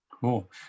Cool